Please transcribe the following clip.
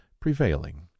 prevailing